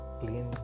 clean